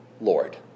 Lord